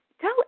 tell